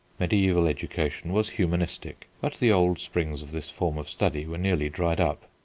mediaeval education was humanistic, but the old springs of this form of study were nearly dried up.